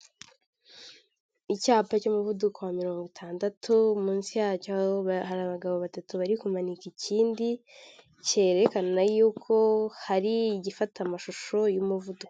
Icyapa cy'umuvuduko wa mirongo itandatu munsi yacyo hari abagabo batatu bari kumanika ikindi cyerekana yuko hari igifata amashusho y'umuvuduko.